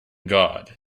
god